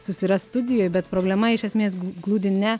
susirast studijoj bet problema iš esmės glūdi ne